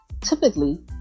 Typically